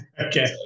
Okay